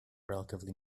relatively